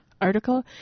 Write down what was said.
article